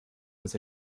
was